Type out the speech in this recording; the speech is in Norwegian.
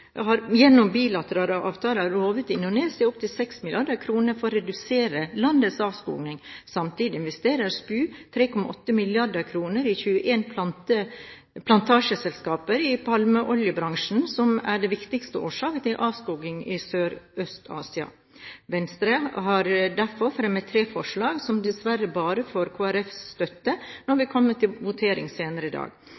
har lovet Indonesia inntil 6 mrd. kr for å redusere landets avskoging. Samtidig investerer SPU 3,8 mrd. kr i 21 plantasjeselskaper i palmeoljebransjen, som er den viktigste årsaken til avskoging i Sørøst-Asia. Venstre har derfor fremmet tre forslag, som dessverre bare får Kristelig Folkepartis støtte når vi